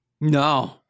No